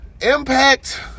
Impact